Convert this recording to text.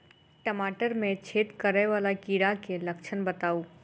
टमाटर मे छेद करै वला कीड़ा केँ लक्षण बताउ?